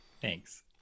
thanks